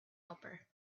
helper